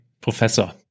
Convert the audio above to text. Professor